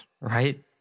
right